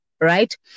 right